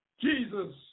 Jesus